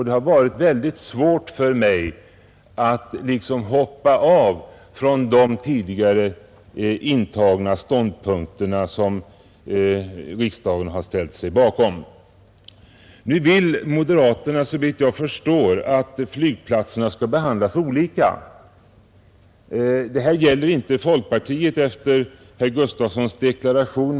Det har nu varit mycket svårt för mig att liksom hoppa av från de ståndpunkter som riksdagen tidigare ställt sig bakom. Nu vill moderaterna såvitt jag förstår att flygplatserna skall behandlas olika — det gäller inte folkpartiet efter herr Gustafsons deklaration.